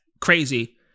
crazy